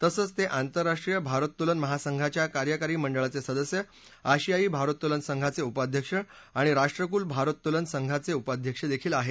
तसेंच ते आंतर्राष्ट्रीय भारोत्तोलन महासंघाच्या कार्यकारी मंडळाचे सदस्य आशियाई भारोत्तोलन संघाचे उपाध्यक्ष आणि राष्ट्रकुल भारोत्तोलन संघाचे उपाध्यक्ष देखील आहेत